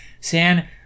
San